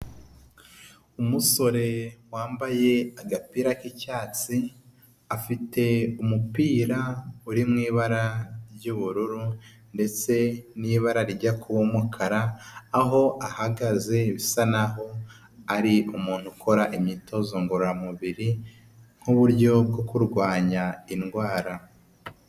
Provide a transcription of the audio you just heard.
Umusore wambaye agapira k'icyatsi afite umupira uri mu ibara ry'ubururu ndetse n'ibara rya kuba umukara aho ahagaze bisa n'aho ari umuntu ukora imyitozo ngororamubiri nk'uburyo bwo kurwanya indwara.